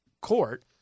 court